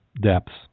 depths